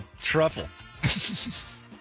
truffle